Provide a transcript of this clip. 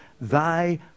Thy